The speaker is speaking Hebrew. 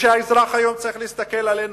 האזרח היום צריך להסתכל עלינו,